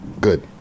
good